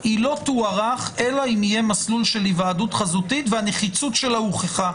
היא לא תוארך אלא אם יהיה מסלול של היוועדות חזותית והנחיצות שלה הוכחה.